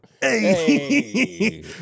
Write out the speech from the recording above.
Hey